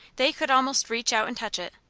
they could almost reach out and touch it.